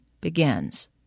begins